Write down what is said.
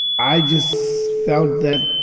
i just felt that